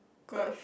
got